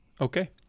Okay